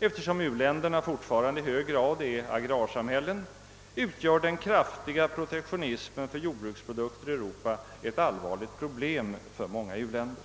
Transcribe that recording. Eftersom u-länderna fortfarande i hög grad är agrarsamhällen, utgör den kraftiga protektionismen för jordbruksprodukter i Europa ett allvarligt problem för många u-länder.